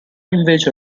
invece